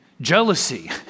jealousy